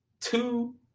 two